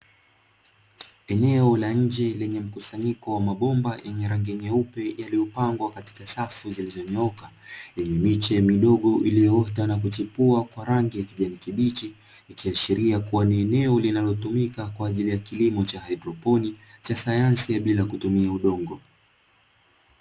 Eneo la nje lenye mkusanyiko wa mabomba yenye rangi nyeupe yaliyopangwa katika safu zilizonyooka, yenye miche midogo iliyoota na kuchipua kwa rangi ya kijani kibichi, ikiashiria kuwa ni eneo linalotumika kwa ajili ya kilimo cha haidroponi cha sayansi ya bila kutumia udongo.